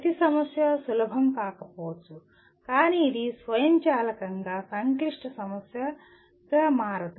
ప్రతి సమస్య సులభం కాకపోవచ్చు కానీ ఇది స్వయంచాలకంగా సంక్లిష్ట సమస్యగా మారదు